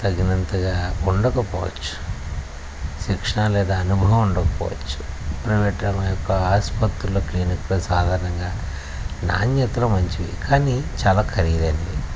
తగినంతగా ఉండకపోవచ్చు శిక్షణా లేదా అనుభవం ఉండకపోవచ్చు ప్రైవేట్ రంగం యొక్క ఆసుపత్రుల్లో క్లినిక్లో సాధారణంగా నాణ్యతలు మంచివి కానీ చాలా ఖరీదైనవి